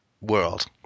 world